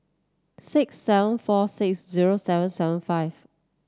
six seven four six zero seven seven five